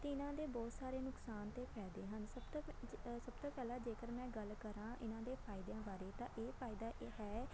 ਅਤੇ ਇਹਨਾਂ ਦੇ ਬਹੁਤ ਸਾਰੇ ਨੁਕਸਾਨ ਅਤੇ ਫਾਇਦੇ ਹਨ ਸਭ ਤੋਂ ਪਹਿ ਜ ਸਭ ਤੋਂ ਪਹਿਲਾਂ ਜੇਕਰ ਮੈਂ ਗੱਲ ਕਰਾਂ ਇਹਨਾਂ ਦੇ ਫਾਇਦਿਆਂ ਬਾਰੇ ਤਾਂ ਇਹ ਫਾਇਦਾ ਇਹ ਹੈ